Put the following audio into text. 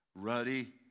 ruddy